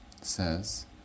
says